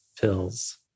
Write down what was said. pills